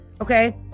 Okay